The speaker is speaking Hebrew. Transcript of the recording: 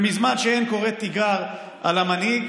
ומזמן מי שקורא תיגר על המנהיג,